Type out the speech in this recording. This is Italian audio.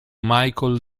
michael